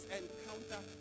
encounter